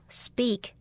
speak